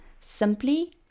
simply